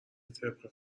طبق